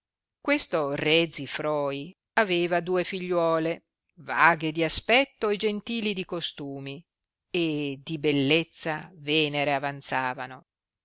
questo re zifroi aveva due figliuole vaghe di aspetto e gentili di costumi e di bellezza venere avanzavano